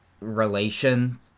relation